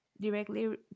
directly